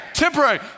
temporary